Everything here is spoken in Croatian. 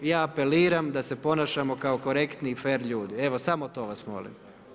Ja apeliram da se ponašamo kao korektni i fer ljudi, evo samo to vas molim.